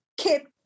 keep